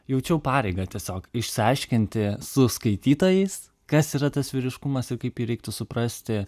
jaučiau pareigą tiesiog išsiaiškinti su skaitytojais kas yra tas vyriškumas ir kaip jį reiktų suprasti